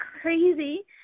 crazy